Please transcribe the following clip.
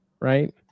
right